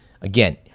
Again